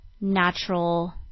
natural